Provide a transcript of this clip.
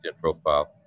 profile